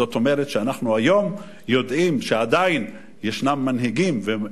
זאת אומרת שאנחנו היום יודעים שעדיין יש מנהיגים,